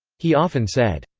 he often said,